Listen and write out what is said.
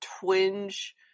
twinge